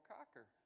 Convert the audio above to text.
Cocker